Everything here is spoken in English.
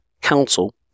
council